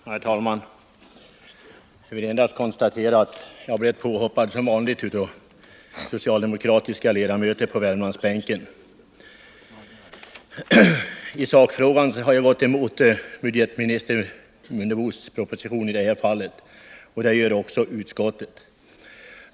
Herr talman! Jag vill endast konstatera att jag som vanligt blivit påhoppad | av socialdemokratiska ledamöter på Värmlandsbänken. 173 Jag har tagit ställning emot propositionen i den här frågan, och det gör också utskottet.